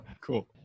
Cool